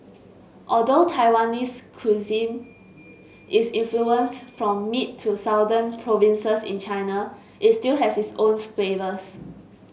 although Taiwanese cuisine is influenced from mid to southern provinces in China it still has its own flavours